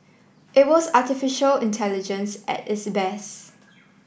it was artificial intelligence at its best